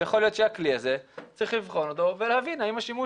יכול להיות שצריך לבחון את הכלי הזה ולהבין האם השימוש